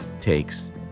takes